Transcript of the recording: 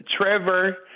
Trevor